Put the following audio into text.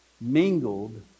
mingled